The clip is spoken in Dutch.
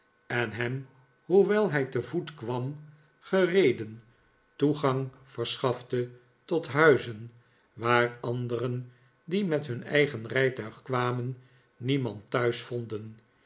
en hem hoewel hij te yoet kwam gereeden toegang verschafte tot huizen waar anderen die met een eigen rijtuig kwamen niemand thuis vonden